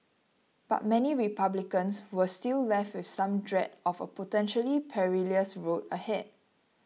but many Republicans were still left with some dread of a potentially perilous road ahead